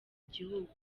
gihugu